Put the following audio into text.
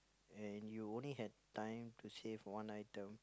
and you only had time to save one item